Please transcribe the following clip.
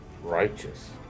Righteous